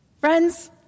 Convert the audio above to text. Friends